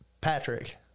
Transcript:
Patrick